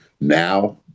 now